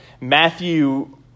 Matthew